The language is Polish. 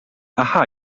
aha